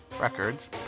Records